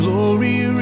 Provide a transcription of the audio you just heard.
Glory